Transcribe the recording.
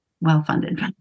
well-funded